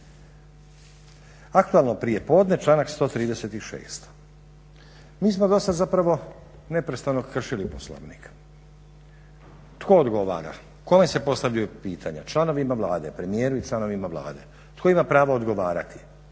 Aktualno prijepodne članak 136. Mi smo do sad zapravo neprestano kršili Poslovnik. Tko odgovara, kome se postavljaju pitanja? Članovima Vlade, premijeru i članovima Vlade. Tko ima pravo odgovarati?